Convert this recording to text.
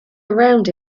around